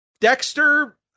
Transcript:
Dexter